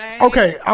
Okay